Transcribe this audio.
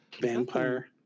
Vampire